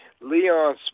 Leon